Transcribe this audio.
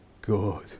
good